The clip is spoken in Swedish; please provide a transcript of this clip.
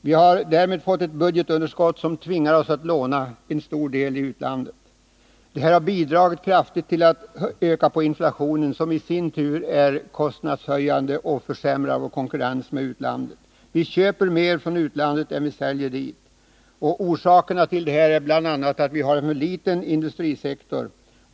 Vi har därmed fått ett budgetunderskott som tvingar oss att låna till stor del i utlandet. Det här har kraftigt bidragit till att öka på inflationen, som i sin tur är kostnadshöjande och försämrar våra möjligheter till konkurrens med utlandet. Vi köper mer från utlandet än vi säljer dit, och orsakerna till det är bl.a. att vi har för liten industrisektor.